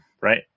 right